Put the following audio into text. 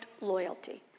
loyalty